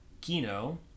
Kino